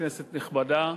כנסת נכבדה,